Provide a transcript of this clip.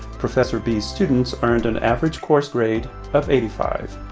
prof. bee's students earned an average course grade of eighty five.